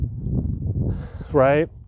Right